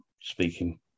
speaking